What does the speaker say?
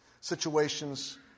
situations